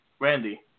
Randy